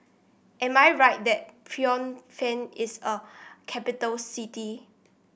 am I right that Phnom Penh is a capital city